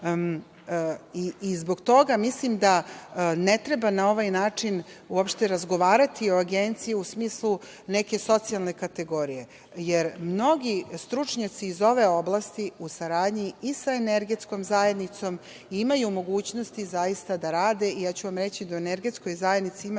posao. Zbog toga mislim da ne treba na ovaj način uopšte razgovarati o Agenciji, u smislu neke socijalne kategorije, jer mnogi stručnjaci iz ove oblasti u saradnji i sa Energetskom zajednicom imaju zaista mogućnosti da rade. Reći ću vam da u Energetskoj zajednici